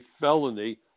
felony